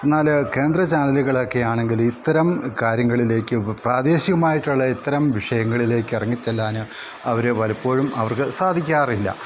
എന്നാൽ കേന്ദ്ര ചാനലുകൾ ഒക്കെ ആണെങ്കിൽ ഇത്തരം കാര്യങ്ങളിലേക്ക് പ്രാദേശികമായിട്ടുള്ള ഇത്തരം വിഷയങ്ങളിലേക്ക് ഇറങ്ങിച്ചെല്ലാൻ അവർ പലപ്പോഴും അവർക്ക് സാധിക്കാറില്ല